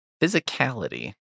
Physicality